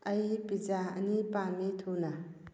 ꯑꯩ ꯄꯤꯖꯥ ꯑꯅꯤ ꯄꯥꯝꯏ ꯊꯨꯅ